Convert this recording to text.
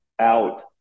out